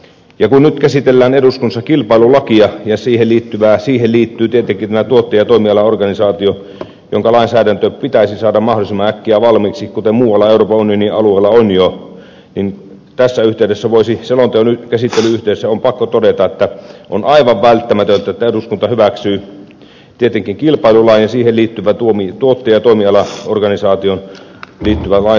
kun nyt käsitellään eduskunnassa kilpailulakia ja siihen liittyy tietenkin tuottaja ja toimialaorganisaatio jonka lainsäädäntö pitäisi saada mahdollisimman äkkiä valmiiksi kuten muualla euroopan unionin alueella on jo niin tässä yhteydessä selonteon käsittelyn yhteydessä on pakko todeta että on aivan välttämätöntä että eduskunta hyväksyy tietenkin kilpailulain ja siihen liittyvän tuottaja ja toimialaorganisaatioon liittyvän lainsäädännön